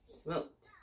smoked